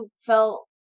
felt